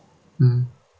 mm